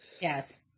Yes